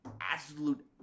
absolute